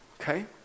okay